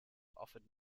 offered